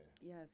Yes